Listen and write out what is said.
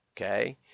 Okay